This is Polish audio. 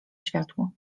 światło